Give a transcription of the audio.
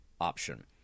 option